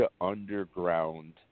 Underground